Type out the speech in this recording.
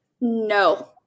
No